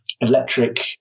electric